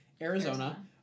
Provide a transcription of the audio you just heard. Arizona